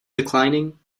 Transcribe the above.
declining